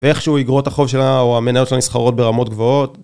ואיכשהו איגרות החוב שלה או המניות שלה נסחרות ברמות גבוהות